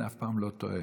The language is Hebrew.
אלקין אף פעם לא טועה.